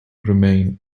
remain